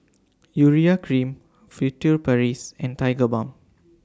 Urea Cream Furtere Paris and Tigerbalm